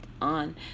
on